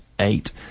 eight